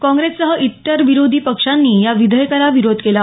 काँग्रेससह इतर विरोधी पक्षांनी या विधेयकाला विरोध केला